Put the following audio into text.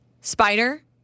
Spider